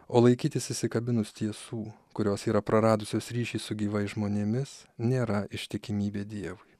o laikytis įsikabinus tiesų kurios yra praradusios ryšį su gyvais žmonėmis nėra ištikimybė dievui